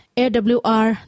awr